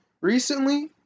recently